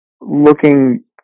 looking